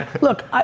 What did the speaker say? Look